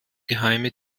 geheime